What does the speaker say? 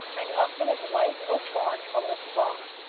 and often of white or fawn-coloured cloth.